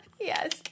Yes